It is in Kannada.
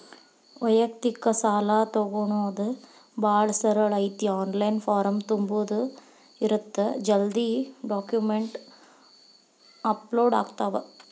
ವ್ಯಯಕ್ತಿಕ ಸಾಲಾ ತೊಗೋಣೊದ ಭಾಳ ಸರಳ ಐತಿ ಆನ್ಲೈನ್ ಫಾರಂ ತುಂಬುದ ಇರತ್ತ ಜಲ್ದಿ ಡಾಕ್ಯುಮೆಂಟ್ಸ್ ಅಪ್ಲೋಡ್ ಆಗ್ತಾವ